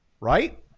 right